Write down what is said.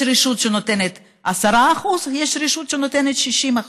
יש רשות שנותנת 10% ויש רשות שנותנת 60%,